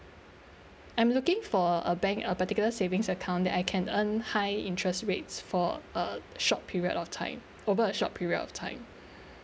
I'm looking for a bank a particular savings account that I can earn high interest rates for a short period of time over a short period of time